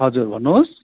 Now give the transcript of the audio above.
हजुर भन्नुहोस्